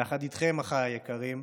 יחד איתכם, אחיי היקרים,